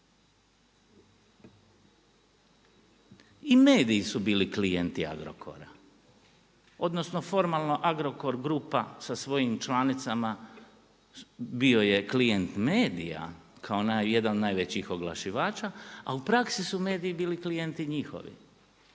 I mediji su bili klijenti Agrokora, odnosno, formalno, Agrokor grupa sa svojim članicama bio je klijent medija, kao jedan od najvećih oglašivača, a u praksi su mediji klijenti njihovi.